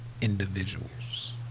individuals